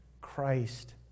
Christ